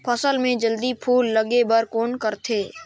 फसल मे जल्दी फूल लगे बर कौन करथे?